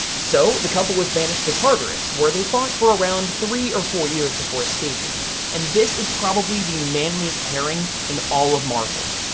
so the couple was banished to tartarus where they fought for around three or four years before escaping and this is possibly the manliest pairing in all of marvel.